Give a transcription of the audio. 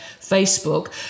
Facebook